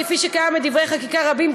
כפי שקיים בדברי חקיקה רבים,